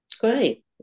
Great